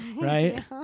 right